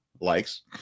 likes